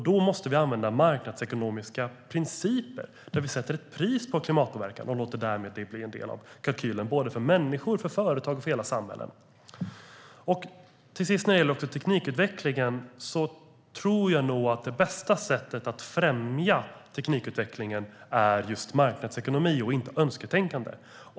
Då måste vi använda marknadsekonomiska principer där vi sätter ett pris på klimatpåverkan och låter det bli en del av kalkylen för människor, företag och hela samhällen. När det gäller teknikutvecklingen tror jag att det bästa för att främja den är just marknadsekonomi och inte önsketänkande.